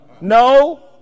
No